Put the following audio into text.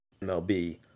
MLB